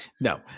No